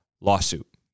lawsuit